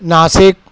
Nashik